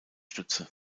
stütze